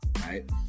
right